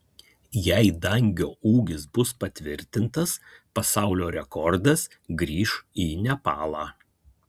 jei dangio ūgis bus patvirtintas pasaulio rekordas grįš į nepalą